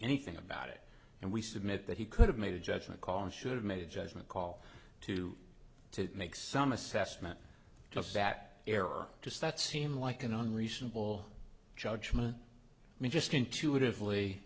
anything about it and we submit that he could have made a judgement call and should have made a judgement call to to make some assessment of that era just that seem like an unreasonable judgement just intuitively